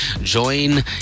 Join